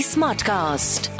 Smartcast